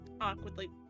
awkwardly